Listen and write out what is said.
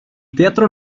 teatro